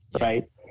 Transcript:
right